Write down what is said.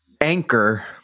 anchor